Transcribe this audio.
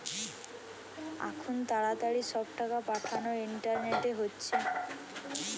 আখুন তাড়াতাড়ি সব টাকা পাঠানা ইন্টারনেটে হচ্ছে